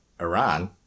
Iran